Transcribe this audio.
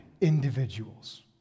individuals